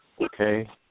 Okay